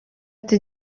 ati